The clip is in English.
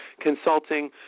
consulting